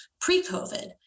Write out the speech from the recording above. pre-COVID